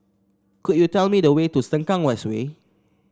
could you tell me the way to Sengkang West Way